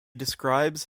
describes